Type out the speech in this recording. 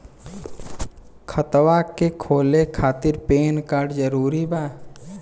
खतवा के खोले खातिर पेन कार्ड जरूरी बा?